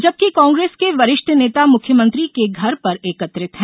जबकि कांग्रेस के वरिष्ठ नेता मुख्यमंत्री के घर पर एकत्रित है